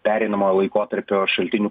pereinamojo laikotarpio šaltinių